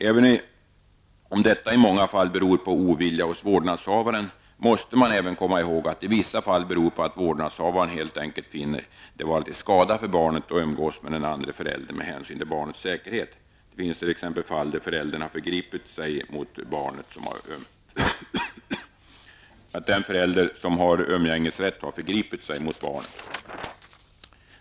Även om detta i många fall beror på ovilja hos vårdnadshavaren, måste man komma ihåg att det i vissa fall beror på att vårdnadshavaren helt enkelt finner det med hänsyn till barnets säkerhet vara till skada för barnet, om barnet måste umgås med den andre föräldern. Det finns t.ex. fall där den förälder som har umgängesrätt har förgripit sig mot barnet.